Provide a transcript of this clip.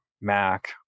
Mac